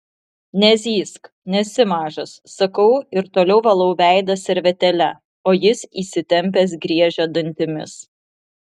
nezyzk nesi mažas sakau ir toliau valau veidą servetėle o jis įsitempęs griežia dantimis